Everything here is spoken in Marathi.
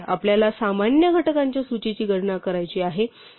आपल्याला सामान्य घटकांच्या सूचीची गणना करायची आहे